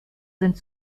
sind